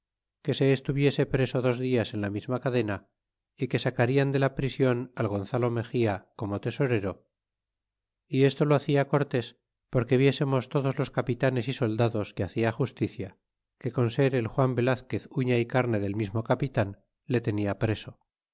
que se estuviese preso dos dias en la misma cadena y que sacarian de la prision al gonzalo mexia como tesorero y esto lo hacia cortés porque viésemos todos los capitanes y soldados que hacia justicia que con ser el juan velazquez uña y carne del mismo capitan le tenia preso